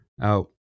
out